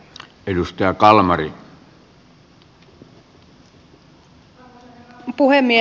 arvoisa herra puhemies